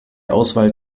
auswahl